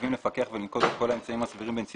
חייבים לפקח ולנקוט את כל האמצעים הסבירים בנסיבות